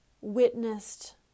witnessed